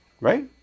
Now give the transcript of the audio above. Right